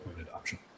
adoption